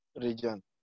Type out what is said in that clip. region